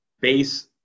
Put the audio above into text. base